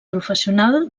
professional